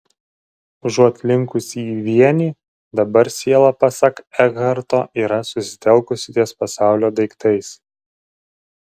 užuot linkusi į vienį dabar siela pasak ekharto yra susitelkusi ties pasaulio daiktais